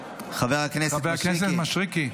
חבר הכנסת מישרקי --- חבר הכנסת מישרקי.